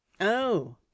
Oh